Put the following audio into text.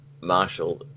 Marshall